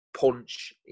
punch